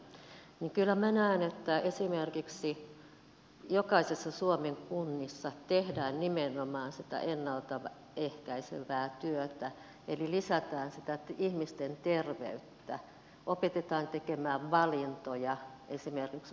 kyllä minä näen että esimerkiksi jokaisessa suomen kunnassa tehdään nimenomaan sitä ennalta ehkäisevää työtä eli lisätään sitä ihmisten terveyttä opetetaan tekemään valintoja esimerkiksi ruokailun suhteen